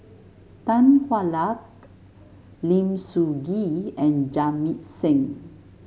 Tan Hwa Luck Lim Soo Ngee and Jamit Singh